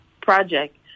project